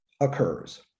occurs